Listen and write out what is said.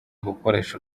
gukoresha